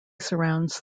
surrounds